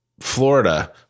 Florida